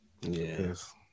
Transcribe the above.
Yes